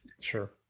sure